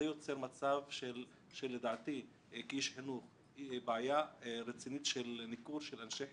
זה יוצר מצב שלדעתי כאיש חינוך הוא בעיה רצינית של ניכור של אנשי חינוך,